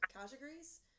categories